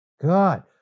God